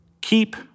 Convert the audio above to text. keep